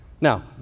now